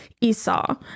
Esau